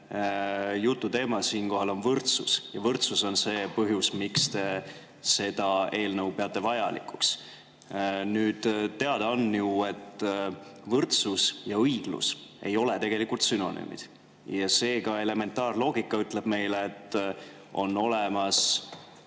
jututeema siinkohal on võrdsus, ja võrdsus on see põhjus, miks te seda eelnõu peate vajalikuks. Nüüd, teada on ju, et võrdsus ja õiglus ei ole tegelikult sünonüümid. Elementaarloogika ütleb meile, et on olemas